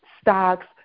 stocks